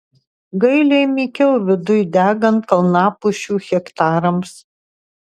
gailiai mykiau viduj degant kalnapušių hektarams